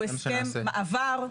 הוא הסכם מעבר.